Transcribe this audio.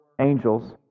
angels